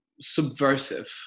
subversive